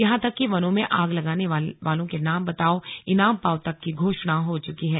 यहां तक की वनों में आग लगाने वालों नाम बताओ ईनाम पाओ तक की घोषणा हो चुकी है